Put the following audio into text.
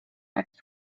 next